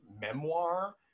memoir